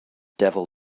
devil